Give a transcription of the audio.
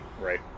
right